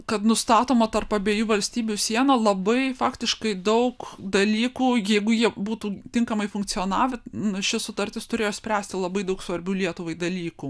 kad nustatoma tarp abiejų valstybių siena labai faktiškai daug dalykų jeigu jie būtų tinkamai funkcionavę ši sutartis turėjo spręsti labai daug svarbių lietuvai dalykų